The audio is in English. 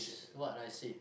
what I said